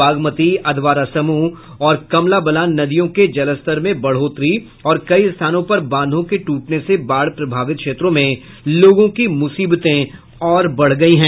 बागमती अधवारा समूह और कमला बलान नदियों के जलस्तर में बढ़ोतरी और कई स्थानों पर बांधों के टूटने से बाढ़ प्रभावित क्षेत्रों में लोगों की मुसीबतें और बढ़ गयी हैं